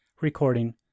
Recording